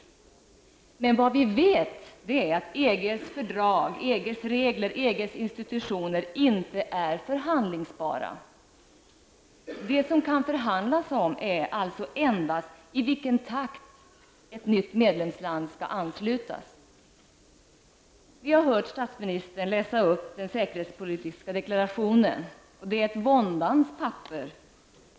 Men vad vi vet är att EGs fördrag, EGs regler och EGs institutioner inte är förhandlingsbara. Det som det kan förhandlas om är alltså endast i vilken takt ett nytt medlemsland skall anslutas. Vi har hört statsministern läsa upp den säkerhetspolitiska deklarationen, och det är ett våndans papper.